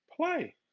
play